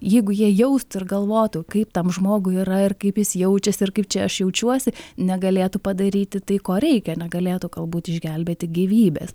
jeigu jie jaustų ir galvotų kaip tam žmogui yra ir kaip jis jaučiasi ir kaip čia aš jaučiuosi negalėtų padaryti tai ko reikia negalėtų galbūt išgelbėti gyvybės